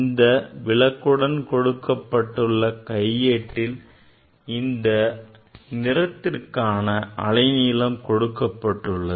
இந்த விளக்குடன் கொடுக்கப்பட்ட கையேட்டில் இந்த நிறத்திற்கான அலைநீளம் கொடுக்கப்பட்டுள்ளது